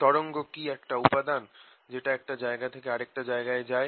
তরঙ্গ কি একটা উপাদান যেটা একটা জায়গা থেকে আরেকটা জায়গায় যায়